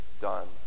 done